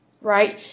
right